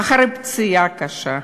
אחרי פציעה קשה,